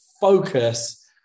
focus